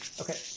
Okay